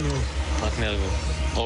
הכנסת, תם סדר